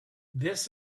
this